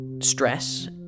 stress